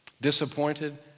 Disappointed